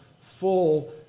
full